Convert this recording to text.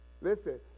listen